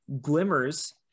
glimmers